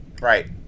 right